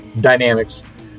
dynamics